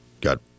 got